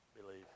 believe